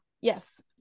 yes